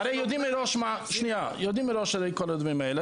הרי יודעים מראש את כל הדברים האלה,